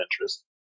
interest